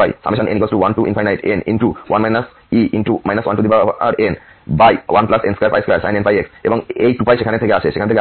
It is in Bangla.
সুতরাং ex এর জন্য সাইন সিরিজ হবে 2πn 1n1 e 1n1n22sin nπx এই 2π সেখান থেকে